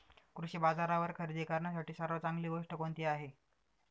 कृषी बाजारावर खरेदी करण्यासाठी सर्वात चांगली गोष्ट कोणती आहे?